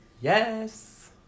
Yes